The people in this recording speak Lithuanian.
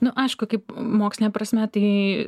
nu aišku kaip moksline prasme tai